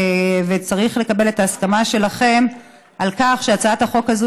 וצריך לקבל את ההסכמה שלכם על כך שהצעת החוק הזו